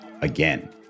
again